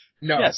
No